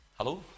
Hello